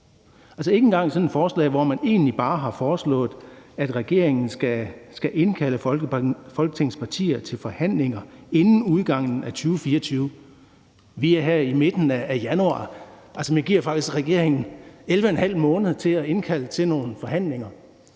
Det gælder sådan et forslag her, hvor man egentlig bare har foreslået, at regeringen skal indkalde Folketingets partier til forhandlinger inden udgangen af 2024, og vi er nu i midten af januar. Man giver faktisk regeringen 11½ måned til at indkalde til nogle forhandlinger.